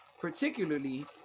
particularly